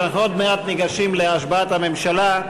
עוד מעט אנחנו ניגשים להשבעת הממשלה.